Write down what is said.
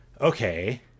Okay